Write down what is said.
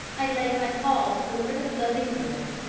i laid my paws over the floating wood,